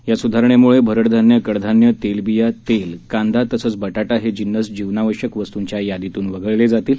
या सुधारणेमुळे भरड धान्य कडधान्य तेलबिया तेल कांदा तसंच बटाटा हे जिन्नस जीवनावश्यक वस्तूंच्या यादीतून वगळले जातील